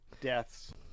deaths